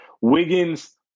Wiggins